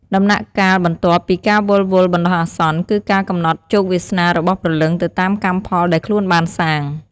ដំណាក់កាលបន្ទាប់ពីការវិលវល់បណ្ដោះអាសន្ន គឺការកំណត់ជោគវាសនារបស់ព្រលឹងទៅតាមកម្មផលដែលខ្លួនបានសាង។